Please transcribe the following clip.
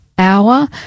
hour